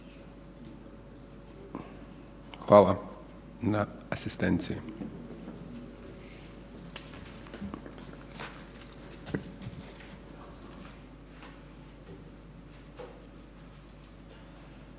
Hvala na asistenciji. Izvolite